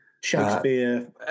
Shakespeare